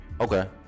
okay